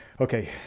Okay